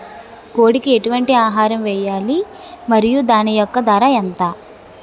కోడి కి ఎటువంటి ఆహారం వేయాలి? మరియు దాని యెక్క ధర ఎంత?